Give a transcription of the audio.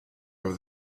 over